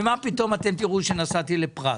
ומה פתאום שתראו שאני נסעתי לפראג.